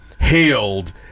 hailed